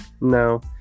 No